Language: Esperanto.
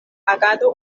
agado